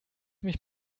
mich